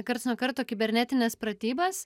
karts nuo karto kibernetines pratybas